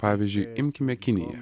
pavyzdžiui imkime kiniją